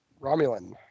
Romulan